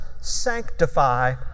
Sanctify